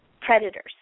predators